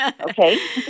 okay